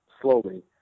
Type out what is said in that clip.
slowly